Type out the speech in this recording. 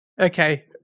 Okay